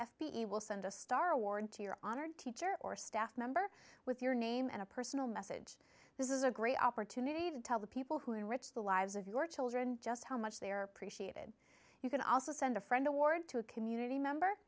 a will send a star award to your honored teacher or staff member with your name and a personal message this is a great opportunity to tell the people who enrich the lives of your children just how much they are appreciated you can also send a friend award to a community member